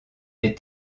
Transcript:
est